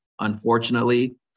unfortunately